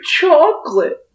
chocolate